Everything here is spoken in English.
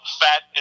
fat